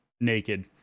naked